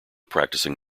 practicing